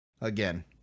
again